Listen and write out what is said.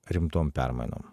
rimtom permainom